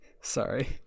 Sorry